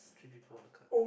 three people on the card